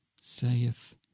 saith